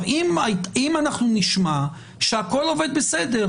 אם אנחנו נשמע שהכול עובד בסדר,